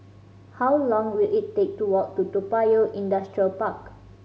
how long will it take to walk to Toa Payoh Industrial Park